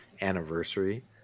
anniversary